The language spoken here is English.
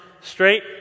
Straight